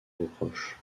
reproche